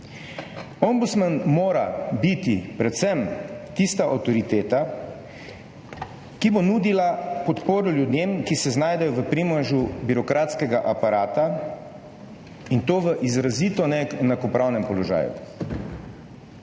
Ombudsman mora biti predvsem tista avtoriteta, ki bo nudila podporo ljudem, ki se znajdejo v primežu birokratskega aparata, in to v izrazito neenakopravnem položaju.